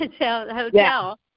hotel